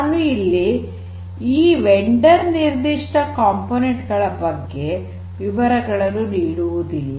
ನಾನು ಇಲ್ಲಿ ಈ ವೆಂಡರ್ ನಿರ್ಧಿಷ್ಟ ಘಟಕಗಳ ಬಗ್ಗೆ ವಿವರಗಳನ್ನು ನೀಡುವುದಿಲ್ಲ